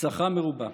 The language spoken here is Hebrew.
הצלחה מרובה.